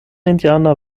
indianer